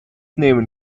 nehmen